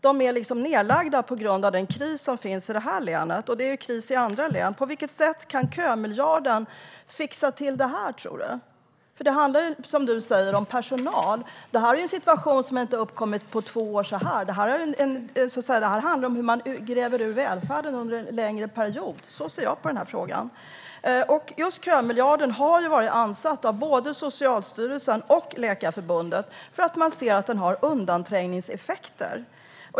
De är liksom nedlagda på grund av den kris som finns här i länet, och det är kris även i andra län På vilket sätt tror Emma Henriksson att kömiljarden kan fixa till det här? Det handlar ju som hon säger om personal. Den här situationen har inte uppkommit på två år, bara så där, utan det handlar om hur man gräver ur välfärden under en längre period. Så ser jag på den här frågan. Just kömiljarden har varit ansatt av både Socialstyrelsen och Läkarförbundet för att man ser att den har undanträngningseffekter.